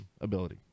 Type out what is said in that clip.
ability